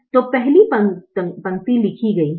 तो पहली पंक्ति लिखी गई है